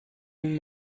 nun